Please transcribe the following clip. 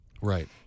Right